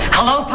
Hello